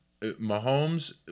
Mahomes